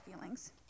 feelings